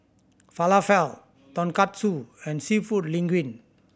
Falafel Tonkatsu and Seafood Linguine